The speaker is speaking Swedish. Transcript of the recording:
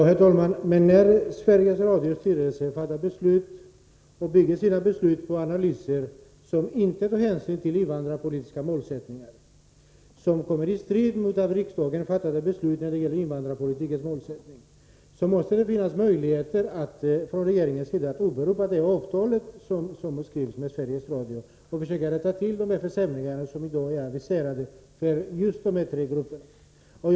Herr talman! Men när Sveriges Radios styrelse bygger sina beslut på analyser som inte tar hänsyn till invandrarpolitiska målsättningar — och som står i strid med av regeringen fattade beslut när det gäller invandrarpolitikens målsättningar — så måste det finnas möjligheter att från regeringens sida åberopa det avtal som slutits med Sveriges Radio och försöka hindra de försämringar som i dag är aviserade för de tre grupper som jag har talat om.